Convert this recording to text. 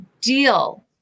deal